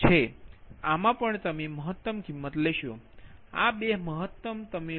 આ 2 મહત્તમ તમે લો